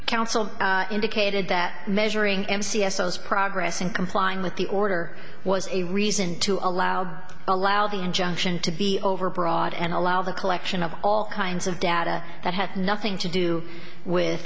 council indicated that measuring m c s o's progress in complying with the order was a reason to allow allow the injunction to be overbroad and allow the collection of all kinds of data that have nothing to do with